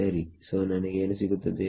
ಸರಿ ಸೋನನಗೆ ಏನು ಸಿಗುತ್ತದೆ